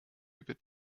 über